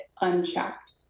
unchecked